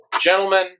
gentlemen